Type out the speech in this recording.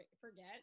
forget